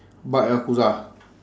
bak yakuza